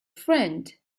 friend